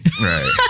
Right